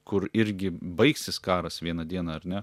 kur irgi baigsis karas vieną dieną ar ne